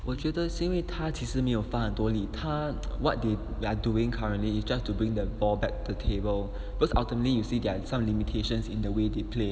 我觉得是因为他其实没有发很多力他 what they are doing currently is just to bring the ball back to the table because ultimately you see there are some limitations in the way they play